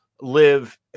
live